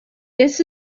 this